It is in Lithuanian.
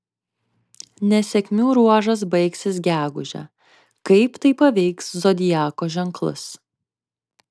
nesėkmių ruožas baigsis gegužę kaip tai paveiks zodiako ženklus